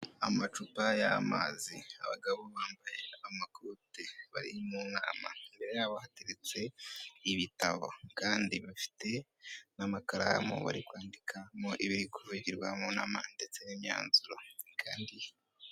Amacupa y'amazi, abagabo bambaye amakoti bari mu nama yabo bateretse ibitabo kandi bafite n'amakaramu bari kwandikamo ibiri ku vugirwa mu nama ndetse n'imyanzuro kandi.